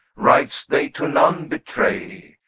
rites they to none betray,